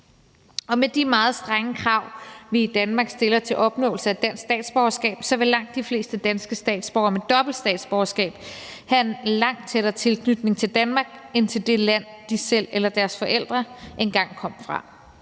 Og med de meget strenge krav, vi i Danmark stiller til opnåelse af dansk statsborgerskab, vil langt de fleste danske statsborgere med dobbelt statsborgerskab have en langt tættere tilknytning til Danmark end til det land, de selv eller deres forældre engang kom fra.